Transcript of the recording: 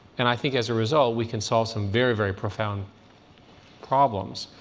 and i think as a result, we can solve some very, very profound problems.